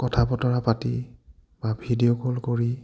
কথা বতৰা পাতি বা ভিডিঅ' কল কৰি